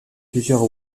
plusieurs